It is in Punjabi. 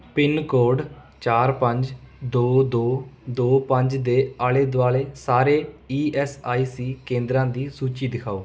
ਪਿੰਨ ਕੋਡ ਚਾਰ ਪੰਜ ਦੋ ਦੋ ਦੋ ਪੰਜ ਦੇ ਆਲੇ ਦੁਆਲੇ ਸਾਰੇ ਈ ਐੱਸ ਆਈ ਸੀ ਕੇਂਦਰਾ ਦੀ ਸੂਚੀ ਦਿਖਾਓ